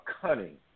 cunning